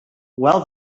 well